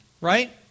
right